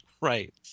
Right